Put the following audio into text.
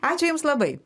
ačiū jums labai